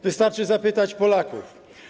Wystarczy zapytać Polaków.